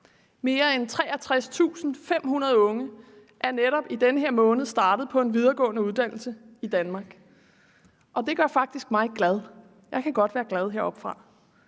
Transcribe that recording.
Mere end 63.500 unge er netop i den her måned startet på en videregående uddannelse i Danmark, og det gør faktisk mig glad. Jeg kan godt være glad heroppefra.